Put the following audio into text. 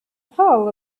hull